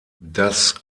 das